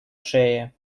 шее